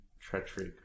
treachery